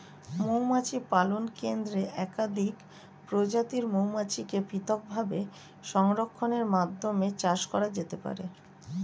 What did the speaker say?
মৌমাছি পালন কেন্দ্রে একাধিক প্রজাতির মৌমাছিকে পৃথকভাবে সংরক্ষণের মাধ্যমে চাষ করা যেতে পারে